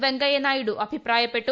വെങ്കയ്യനായിഡു അഭിപ്രായപ്പെട്ടു